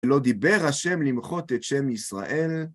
לא דיבר השם למחות את שם ישראל.